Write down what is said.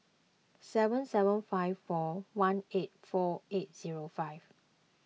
seven seven five four one eight four eight zero five